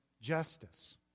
justice